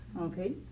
okay